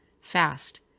fast